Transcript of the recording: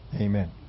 Amen